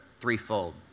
threefold